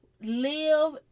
live